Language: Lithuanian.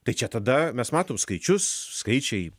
tai čia tada mes matom skaičius skaičiai